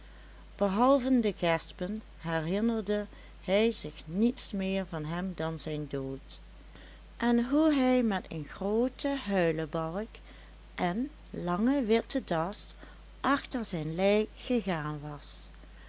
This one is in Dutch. behalve de gespen herinnerde hij zich niets meer van hem dan zijn dood en hoe hij met een groote huilebalk en lange witte das achter zijn lijk gegaan was